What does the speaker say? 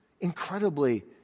incredibly